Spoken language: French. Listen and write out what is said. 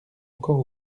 encore